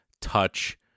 touch